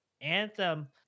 Anthem